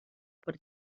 por